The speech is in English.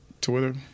twitter